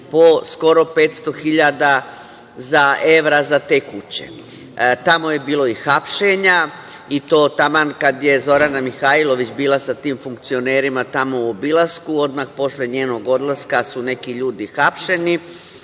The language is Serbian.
po skoro 500.000 evra za te kuće. Tamo je bilo i hapšenja i to taman kad je Zorana Mihajlović bila sa tim funkcionerima tamo u obilasku. Odmah posle njenog odlaska su neki ljudi hapšeni. Dakle,